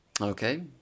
okay